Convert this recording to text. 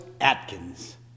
Atkins